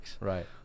Right